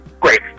great